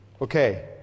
Okay